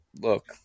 Look